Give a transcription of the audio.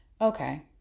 Okay